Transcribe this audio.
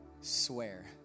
swear